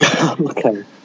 Okay